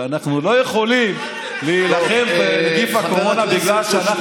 שאנחנו לא יכולים להילחם בנגיף הקורונה בגלל שאנחנו